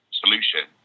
solution